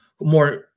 more